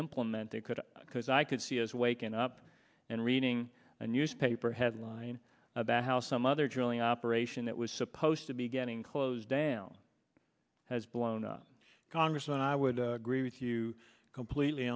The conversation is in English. implemented could because i could see as waking up and reading a newspaper headline about how some other drilling operation that was supposed to be getting close down has blown up congress and i would agree with you completely